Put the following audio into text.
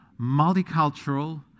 multicultural